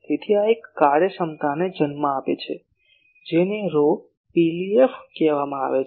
તેથી આ એક કાર્યક્ષમતાને જન્મ આપે છે જેને rho PLF કહેવામાં આવે છે